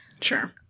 sure